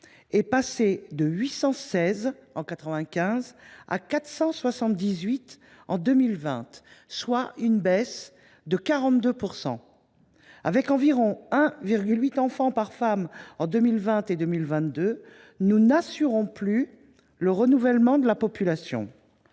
est passé de 816 en 1995 à 478 en 2020, soit une baisse de 42 %. Avec environ 1,8 enfant par femme en 2020 et en 2022, nous n’assurons plus le renouvellement de la population.